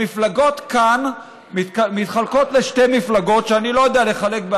המפלגות שיבקשו ימשיכו לקבל